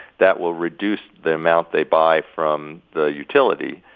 that will reduce the amount they buy from the utility,